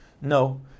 No